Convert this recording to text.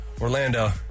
Orlando